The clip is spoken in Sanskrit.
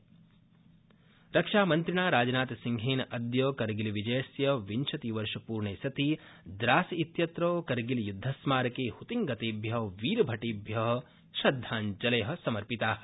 राजनाथसिंह रक्षामंत्रिणा राजनाथसिंहेन अद्य करगिलविजयस्य विंशतिवर्षपूर्णे सति द्रास इत्यत्र करगिल यूद्धस्मारके हुतिंगतेभ्य वीरभटेभ्य श्रद्धांजलय समर्पिता